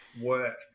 work